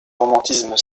romantisme